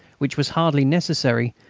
which was hardly necessary,